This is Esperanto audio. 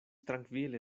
trankvile